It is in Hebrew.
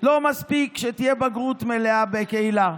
לא מספיק שתהיה בגרות מלאה בקהילה.